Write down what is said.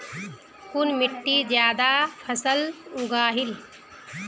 कुन मिट्टी ज्यादा फसल उगहिल?